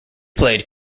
played